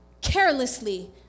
carelessly